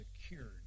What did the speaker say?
secured